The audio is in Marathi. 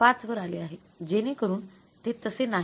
५ वर आले आहे जेणेकरून ते तसे नाही